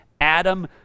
Adam